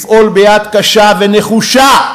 לפעול ביד קשה ונחושה,